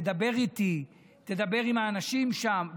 תדבר איתי, תדבר עם האנשים שם.